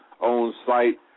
on-site